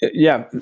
yeah.